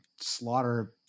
slaughter